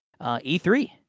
E3